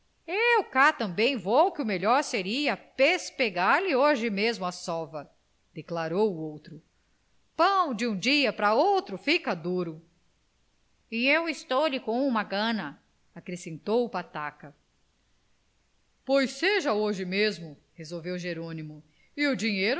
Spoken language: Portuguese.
eu cá também vou que o melhor seria pespegar lhe hoje mesmo a sova declarou o outro pão de um dia para outro fica duro e eu estou lhe com uma gana acrescentou o pataca pois seja hoje mesmo resolveu jerônimo e o dinheiro